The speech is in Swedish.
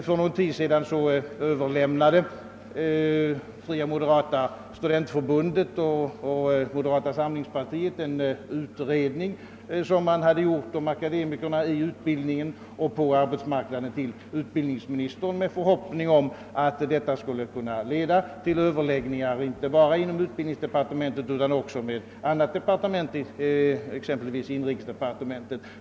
För någon tid sedan överlämnade Fria moderata studentförbundet och moderata samlingspartiet till utbildningsministern en utredning, som man hade genomfört och som gällde akademikerna i utbildningen och på arbetsmarknaden, med förhoppning om att den skulle kunna leda till överläggningar inte bara inom utbildningsdepartementet utan också med annat departement, exempelvis inrikesdepartementet.